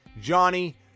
Johnny